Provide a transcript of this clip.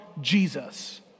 Jesus